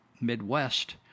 Midwest